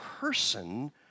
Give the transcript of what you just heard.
person